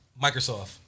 Microsoft